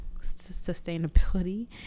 sustainability